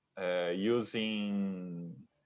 using